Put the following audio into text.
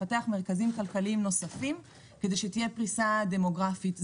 לפתח מרכזים כלכליים נוספים כדי שתהיה פריסה דמוגרפית.